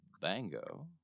Bango